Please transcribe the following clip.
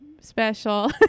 special